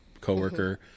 coworker